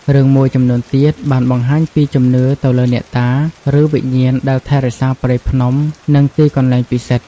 រឿងមួយចំនួនទៀតបានបង្ហាញពីជំនឿទៅលើអ្នកតា ឬវិញ្ញាណដែលថែរក្សាព្រៃភ្នំនិងទីកន្លែងពិសិដ្ឋ។